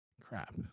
crap